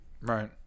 Right